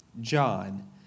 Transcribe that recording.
John